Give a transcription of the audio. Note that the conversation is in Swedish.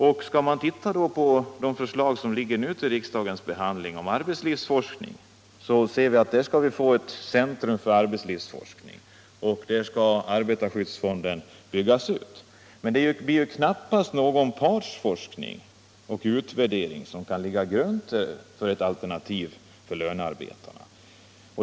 Av de förslag om arbetslivsforskning som nu ligger för riksdagens behandling ser vi att ett centrum för arbetslivsforskning skall upprättas och att arbetarskyddsfonden skall byggas ut. Men det blir knappast fråga om någon partsforskning eller utvärdering som kan ligga till grund för ett alternativ för lönarbetarna.